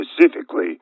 specifically